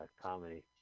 comedy